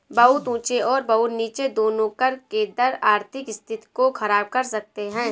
बहुत ऊँचे और बहुत नीचे दोनों कर के दर आर्थिक स्थिति को ख़राब कर सकते हैं